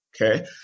okay